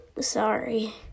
sorry